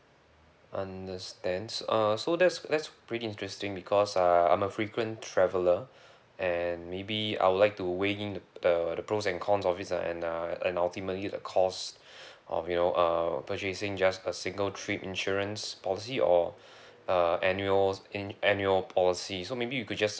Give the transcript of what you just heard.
understand so uh so that's that's pretty interesting because uh I'm a frequent traveller and maybe I would like to weigh in the the the pros and cons of it's uh and uh and ultimately the cost of you know uh purchasing just a single trip insurance policy or uh annual in annual policy so maybe you could just